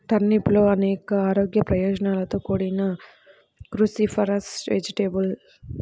టర్నిప్లు అనేక ఆరోగ్య ప్రయోజనాలతో కూడిన క్రూసిఫరస్ వెజిటేబుల్